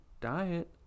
diet